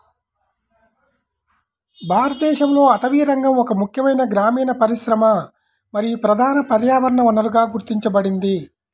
భారతదేశంలో అటవీరంగం ఒక ముఖ్యమైన గ్రామీణ పరిశ్రమ మరియు ప్రధాన పర్యావరణ వనరుగా గుర్తించబడింది